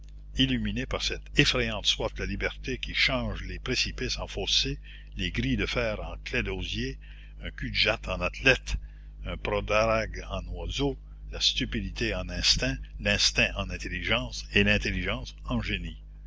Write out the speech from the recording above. illuminé par cette effrayante soif de la liberté qui change les précipices en fossés les grilles de fer en claies d'osier un cul-de-jatte en athlète un podagre en oiseau la stupidité en instinct l'instinct en intelligence et l'intelligence en génie